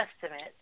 Testament